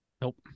Nope